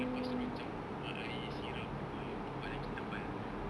then selepas itu dia orang campur dengan air syrup gitu ah untuk buat yang kita buy itu